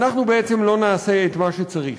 אנחנו בעצם לא נעשה את מה שצריך.